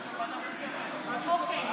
אוקיי,